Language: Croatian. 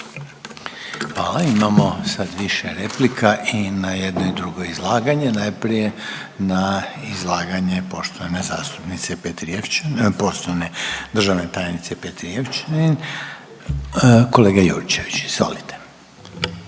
imamo sad više replika i na jedno i drugo izlaganje. Najprije na izlaganje poštovane zastupnice, poštovane državne tajnice Petrijevčanin. Kolega Jurčević izvolite.